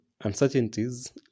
uncertainties